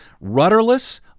rudderless